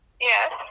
Yes